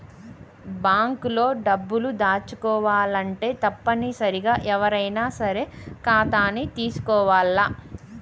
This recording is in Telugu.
బాంక్ లో డబ్బులు దాచుకోవాలంటే తప్పనిసరిగా ఎవ్వరైనా సరే ఖాతాని తీసుకోవాల్ల